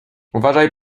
uważaj